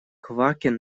квакин